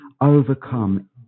overcome